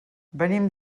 venim